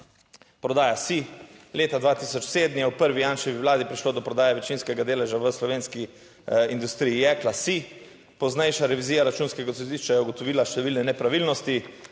Prodaja SIJ Leta 2007 je v prvi Janševi vladi prišlo do prodaje večinskega deleža v Slovenski industriji jekla - SIJ. Poznejša revizija Računskega sodišča je ugotovila številne nepravilnosti,